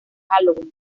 halloween